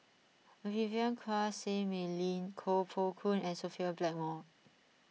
Vivien Quahe Seah Mei Lin Koh Poh Koon and Sophia Blackmore